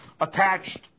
attached